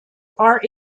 are